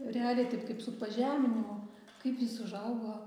realiai taip kaip su pažeminimu kaip jis užaugo